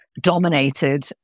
dominated